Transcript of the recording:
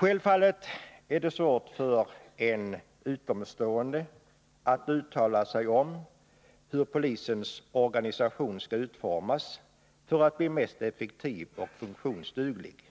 Självfallet är det svårt för en utomstående att uttala sig om hur polisens organisation skall utformas för att bli mest effektiv och funktionsduglig.